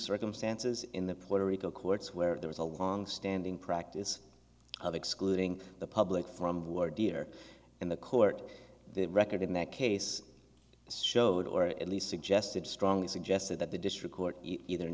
circumstances in the political courts where there is a longstanding practice of excluding the public from war dear and the court record in that case showed or at least suggested strongly suggested that the district court either